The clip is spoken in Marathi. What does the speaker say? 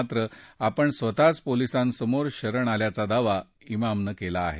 मात्र आपण स्वतःच पोलिसांसमोर शरण आल्याचा दावा इमामनं केला आहे